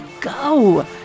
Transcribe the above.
go